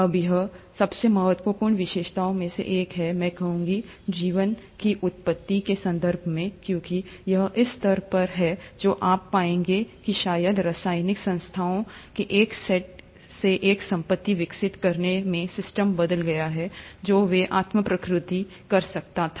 अब यह सबसे महत्वपूर्ण विशेषताओं में से एक है मैं कहूंगा जीवन की उत्पत्ति के संदर्भ में क्योंकि यह इस स्तर पर है जो आप पाएंगे कि शायद रासायनिक संस्थाओं के एक सेट से एक संपत्ति विकसित करने में सिस्टम बदल गया है जहां वे आत्म प्रतिकृति कर सकता था